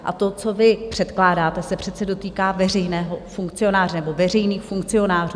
A to, co vy předkládáte, se přece dotýká veřejného funkcionáře, nebo veřejných funkcionářů.